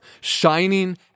shining